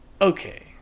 Okay